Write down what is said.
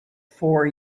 for